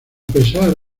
pesar